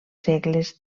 segles